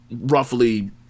roughly